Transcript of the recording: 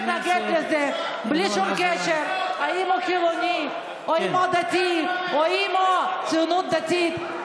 בלי שום קשר לזה שהם חילונים או דתיים או מהציונות הדתית,